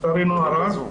לצערנו הרב.